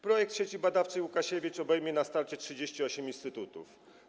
Projekt Sieci Badawczej: Łukasiewicz obejmie na starcie 38 instytutów.